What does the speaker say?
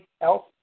else